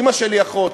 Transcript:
אימא שלי אחות.